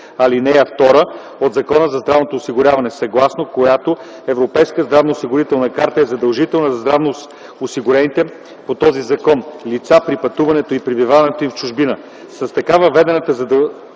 ал. 2 от Закона за здравното осигуряване, съгласно която Европейската здравноосигурителна карта е задължителна за здравноосигурените по този закон лица при пътуването и пребиваването им в чужбина. С така въведената задължителност